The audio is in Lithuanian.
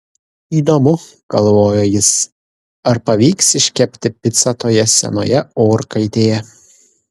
įdomu galvojo jis ar pavyks iškepti picą toje senoje orkaitėje